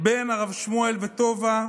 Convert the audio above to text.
בן הרב שמואל וטובה,